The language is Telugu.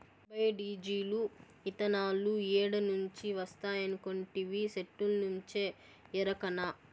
బయో డీజిలు, ఇతనాలు ఏడ నుంచి వస్తాయనుకొంటివి, సెట్టుల్నుంచే ఎరకనా